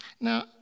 Now